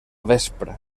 vespra